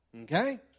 Okay